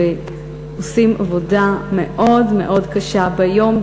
שעושים עבודה מאוד מאוד קשה ביום,